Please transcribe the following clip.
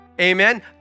amen